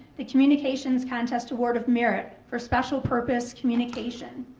the communications contest award of merit for special purpose communication.